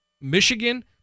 Michigan